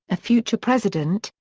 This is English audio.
a future president,